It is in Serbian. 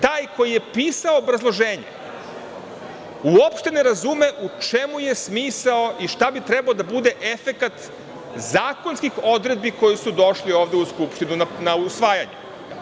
Taj koji je pisao obrazloženje uopšte ne razume u čemu je smisao i šta bi trebalo da bude efekat zakonskih odredbi koje su došle ovde u Skupštinu na usvajanje.